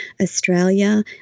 australia